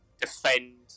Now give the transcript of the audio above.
defend